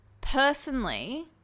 Personally